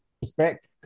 respect